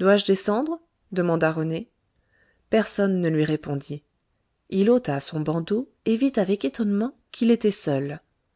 dois-je descendre demanda rené personne ne lui répondit il ôta son bandeau et vit avec étonnement qu'il était seul